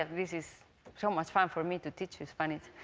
um this is so much fun for me to teach you spanish.